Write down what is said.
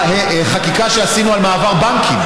החקיקה שעשינו על מעבר בנקים,